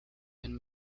and